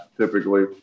typically